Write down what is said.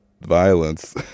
violence